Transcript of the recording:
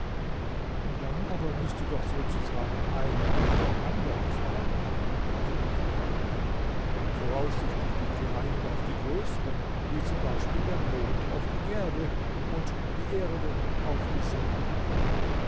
dann aber müßte doch sozusagen einer auf den andern fallen warf rieger ein voraussichtlich die kleinen auf die größeren wie zum beispiel der mond auf die erde und die erde auf die sonnen